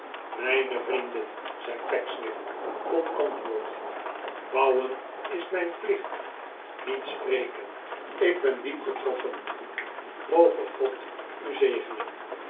mijne vrienden zei pecksniff tot antwoord bouwen is mijn plicht niet spreken ik ben diep getroffen moge god u zegenen